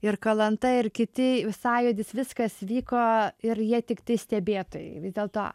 ir kalanta ir kiti sąjūdis viskas vyko ir jie tiktai stebėtojai vis dėlto